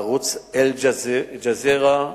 ערוץ "אל-ג'זירה",